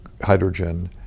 hydrogen